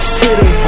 city